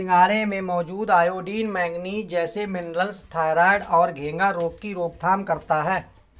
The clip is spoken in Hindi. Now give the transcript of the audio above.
सिंघाड़े में मौजूद आयोडीन, मैग्नीज जैसे मिनरल्स थायरॉइड और घेंघा रोग की रोकथाम करता है